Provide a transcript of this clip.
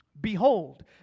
Behold